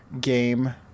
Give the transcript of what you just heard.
game